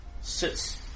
sits